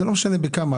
זה לא משנה בכמה.